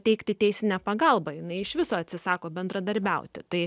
teikti teisinę pagalbą jinai iš viso atsisako bendradarbiauti tai